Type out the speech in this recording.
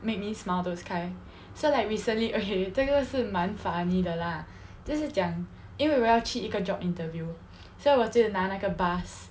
make me smile those kind so like recently okay 这个是蛮 funny 的 lah 就是讲因为我要去一个 job interview 所以我就拿那个 bus